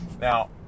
Now